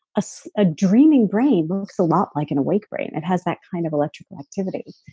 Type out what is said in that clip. ah so a dreaming brain looks a lot like an awake brain. it has that kind of electrical activity.